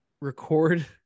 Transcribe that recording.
record